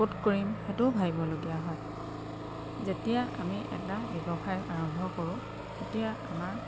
ক'ত কৰিম সেইটোও ভাবিবলগীয়া হয় যেতিয়া আমি এটা ব্যৱসায় আৰম্ভ কৰোঁ তেতিয়া আমাৰ